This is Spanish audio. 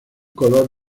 color